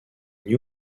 new